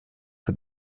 von